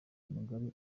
mugabe